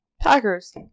Packers